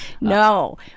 No